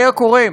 איה כורם.